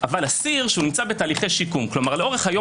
אבל אסיר שנמצא בתהליכי שיקום כלומר לאורך היום